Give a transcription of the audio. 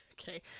okay